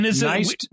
Nice